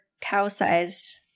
cow-sized